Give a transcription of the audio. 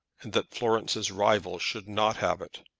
and that florence's rival should not have it.